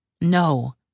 No